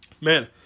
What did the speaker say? man